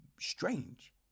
strange